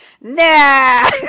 nah